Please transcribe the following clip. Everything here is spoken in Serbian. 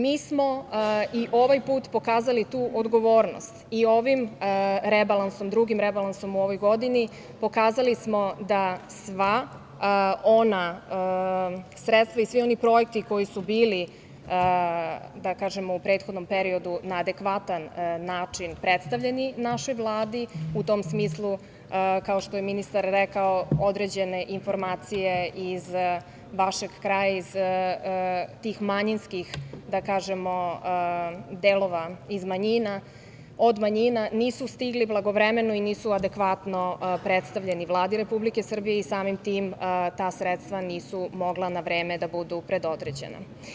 Mi smo i ovaj put pokazali tu odgovornost i ovim rebalansom, drugim rebalansom u ovoj godini, pokazali smo da sva ona sredstva i svi oni projekti koji su bili u prethodnom periodu na adekvatan način predstavljeni našoj Vladi, u tom smislu kao što je ministar rekao, određene informacije iz vašeg kraja, iz tih manjinskih, da kažemo, delova od manjina, nisu stigli blagovremeno i nisu adekvatno predstavljeni Vladi Republike Srbije i samim tim ta sredstva nisu mogla na vreme da budu predodređena.